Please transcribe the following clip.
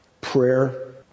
prayer